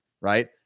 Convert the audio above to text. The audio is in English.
right